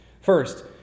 First